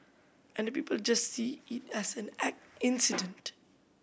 and the people just see it as an incident